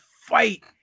fight